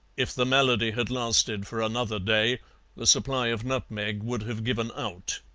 if the malady had lasted for another day the supply of nutmeg would have given out.